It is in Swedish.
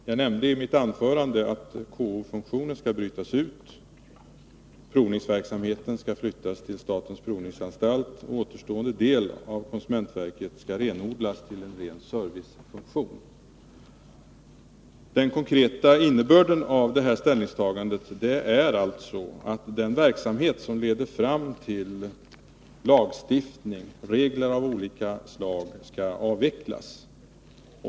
Jag nämnde i mitt anförande att KO-funktionen skall brytas ut — provningsverksamheten skall flyttas till statens provningsanstalt. Återstående del av konsumentverkets verksamhet skall renodlas till en servicefunktion. Den konkreta innebörden av detta ställningstagande är att den verksamhet som leder fram till lagstiftning och regler av olika slag skall avvecklas.